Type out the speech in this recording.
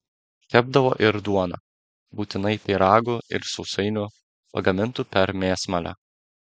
kepdavo ir duoną būtinai pyragų ir sausainių pagamintų per mėsmalę